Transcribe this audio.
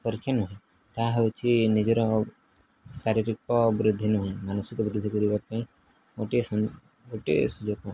ପରୀକ୍ଷା ନୁହେଁ ତାହା ହେଉଛି ନିଜର ଶାରୀରିକ ବୃଦ୍ଧି ନୁହେଁ ମାନସିକ ବୃଦ୍ଧି କରିବା ପାଇଁ ଗୋଟିଏ ଗୋଟିଏ ସୁଯୋଗ